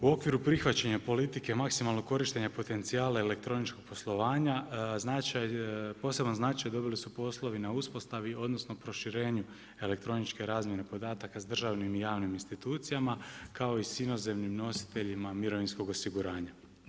U okviru prihvaćanja politike maksimalnog korištenja potencijala elektroničkog poslovanja značaj, poseban značaj dobili su poslovi na uspostavi odnosno proširenju elektroničke razmjene podataka sa državnim i javnim institucijama kao i s inozemnim nositeljima mirovinskog osiguranja.